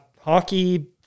hockey